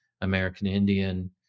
American-Indian